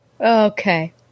Okay